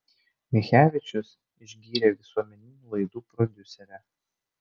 michevičius išgyrė visuomeninių laidų prodiuserę